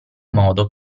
modo